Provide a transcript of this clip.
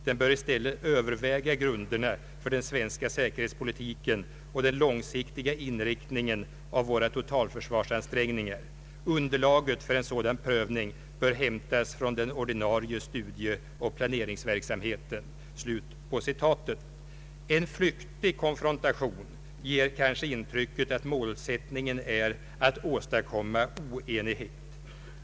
Den bör i stället överväga grunderna för den svenska säkerhetspolitiken och den långsiktiga inriktningen av våra totalförsvarsansträngningar. Underlaget för en sådan prövning bör hämtas från den ordinarie studieoch planeringsverksamheten.” En flyktig konfrontation ger kanske intrycket att målsättningen är att åstadkomma oenighet.